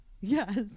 Yes